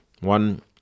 one